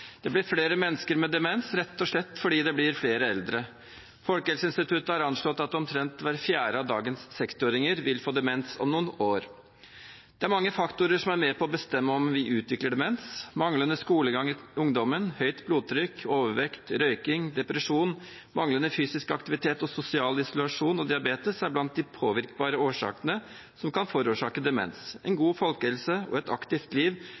Det blir flere mennesker med demens, rett og slett fordi det blir flere eldre. Folkehelseinstituttet har anslått at omtrent hver fjerde av dagens 60-åringer vil få demens om noen år. Det er mange faktorer som er med på å bestemme om vi utvikler demens. Manglende skolegang i ungdommen, høyt blodtrykk, overvekt, røyking, depresjon, manglende fysisk aktivitet, sosial isolasjon og diabetes er blant de påvirkbare årsakene til demens. En god folkehelse og et aktivt liv